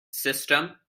system